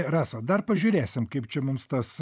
rasa dar pažiūrėsim kaip čia mums tas